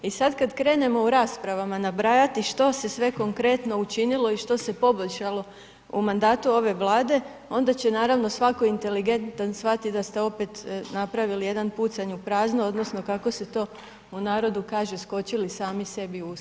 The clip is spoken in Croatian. I sada kada krenemo u raspravama nabrajati, što se sve konkretno učinilo i što se poboljšalo u mandatu ove vlade, onda će naravno svatko inteligentan shvatiti da ste opet napravili jedan pucanj u prazno, onda, kako se to u narodu kaže, skočili sami se u usta.